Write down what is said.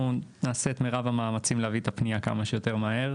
אנחנו נעשה את מירב המאמצים להביא את הפנייה כמה שיותר מהר